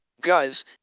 Guys